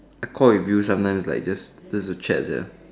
I call with you sometimes just to chat sia